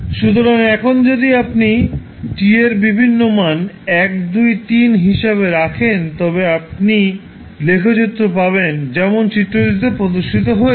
সুতরাং এখন যদি আপনি t এর বিভিন্ন মান 1 2 3 হিসাবে রাখেন তবে আপনি লেখচিত্র পাবেন যেমন চিত্রটিতে প্রদর্শিত হয়েছে